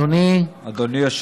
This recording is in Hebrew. אדוני,